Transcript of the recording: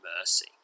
mercy